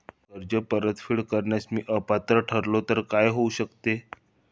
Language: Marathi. कर्ज परतफेड करण्यास मी अपात्र ठरलो तर काय होऊ शकते?